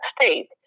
state